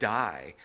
die